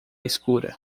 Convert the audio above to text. escura